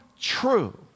true